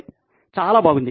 ఇది చాలా బాగుంది